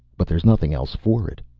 but there's nothing else for it.